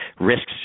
risks